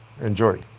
Enjoy